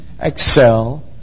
excel